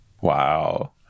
wow